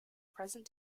present